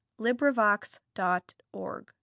LibriVox.org